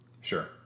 Sure